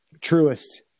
Truest